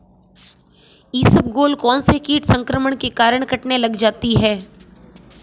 इसबगोल कौनसे कीट संक्रमण के कारण कटने लग जाती है?